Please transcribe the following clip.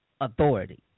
authority